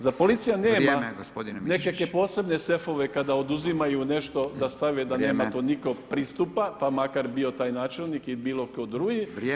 Zar policija nema nekakve posebne sefove kada oduzimaju [[Upadica Radin: Vrijeme.]] nešto da stave da nema tome niko pristupa pa makar bio taj načelnik ili bio ko drugi?